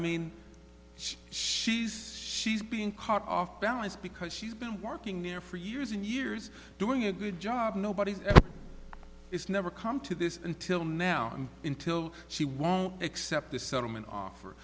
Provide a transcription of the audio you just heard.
she she's she's been caught off balance because she's been working there for years and years doing a good job nobody is never come to this until now until she won't accept the settlement offer